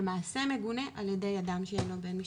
מעשה מגונה על ידי אדם שאינו בן משפחה.